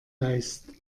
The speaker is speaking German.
leisten